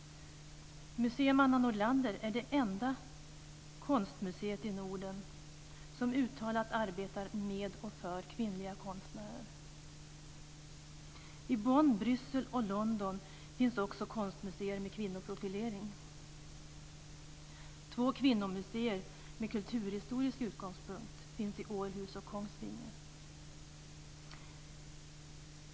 Museum Anna Nordlander är det enda konstmuseum i Norden som uttalat arbetar med och för kvinnliga konstnärer. I Bonn, Bryssel och London finns det också konstmuseer med kvinnoprofilering. Två kvinnomuseer med kulturhistorisk utgångspunkt finns i Århus och Kongsvinger.